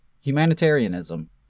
humanitarianism